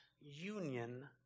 union